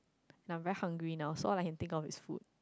and I'm very hungry now so I can think of is food